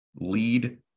Lead